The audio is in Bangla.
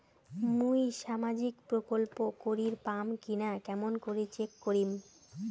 মুই সামাজিক প্রকল্প করির পাম কিনা কেমন করি চেক করিম?